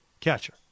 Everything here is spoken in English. catcher